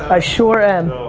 i sure am.